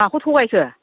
माखौ थगायखो